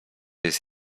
jest